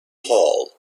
hull